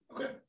okay